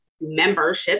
membership